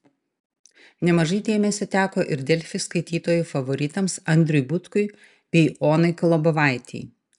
nemažai dėmesio teko ir delfi skaitytojų favoritams andriui butkui bei onai kolobovaitei